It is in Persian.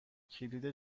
کلید